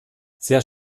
sehr